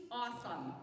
awesome